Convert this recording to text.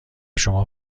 شما